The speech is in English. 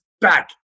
back